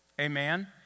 Amen